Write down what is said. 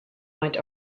might